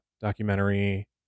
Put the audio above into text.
documentary